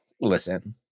listen